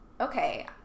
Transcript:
okay